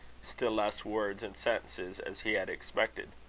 still less words and sentences, as he had expected.